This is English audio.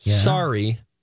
Sorry